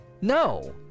No